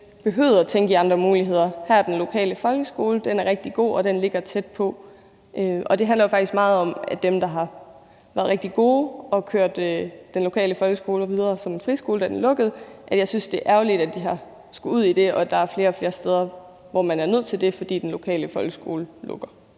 behøvede at tænke i andre muligheder. Her er den lokale folkeskole, den er rigtig god, og den ligger tæt på. Og det handler jo faktisk meget om dem, der har været rigtig gode og kørt den lokale folkeskole videre som en friskole, da folkeskolen lukkede – jeg synes, det er ærgerligt, at de har skullet ud i det, og at der er flere og flere steder, hvor man er nødt til det, fordi den lokale folkeskole lukker.